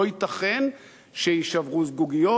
לא ייתכן שיישברו זגוגיות,